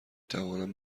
توانم